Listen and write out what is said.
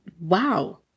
wow